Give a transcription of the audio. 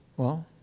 well,